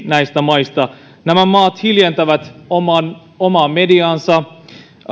näistä maista nämä maat hiljentävät omaa mediaansa